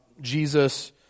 Jesus